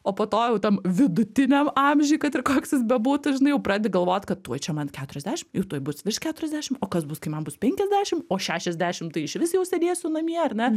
o po to jau tam vidutiniam amžiuj kad ir koks jis bebūtų žinai jau pradedi galvot kad uoj čia man keturiasdešim ir tuoj bus virš keturiasdešim o kas bus kai man bus penkiasdešim o šešiasdešim tai išvis jau sėdėsiu namie ar ne